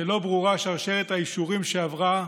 שלא ברורה שרשרת האישורים שעברה,